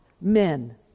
men